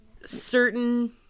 certain